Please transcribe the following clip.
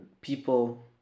people